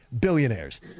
billionaires